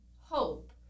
hope